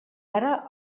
ara